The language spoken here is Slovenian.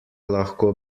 lahko